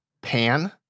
Pan